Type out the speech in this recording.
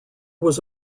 was